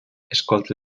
escolta